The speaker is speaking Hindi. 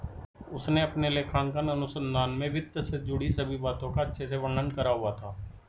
उसने अपने लेखांकन अनुसंधान में वित्त से जुड़ी सभी बातों का अच्छे से वर्णन करा हुआ था